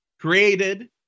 created